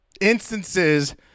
instances